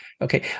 Okay